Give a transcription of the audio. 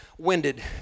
winded